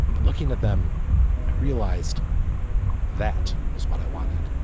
but looking at them, i realized that was what i wanted.